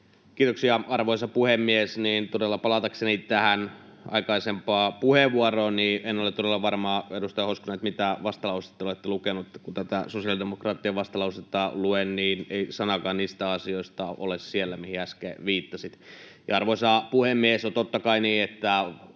Kiitoksia, arvoisa puhemies! — Palatakseni tähän aikaisempaan puheenvuorooni en ole todella varma, edustaja Hoskonen, mitä vastalausetta te olette lukenut. Kun tätä sosiaalidemokraattien vastalausetta luen, niin siellä ei ole sanaakaan niistä asioista, mihin äsken viittasitte. Arvoisa puhemies! On totta kai niin, että